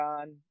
on